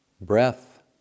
Breath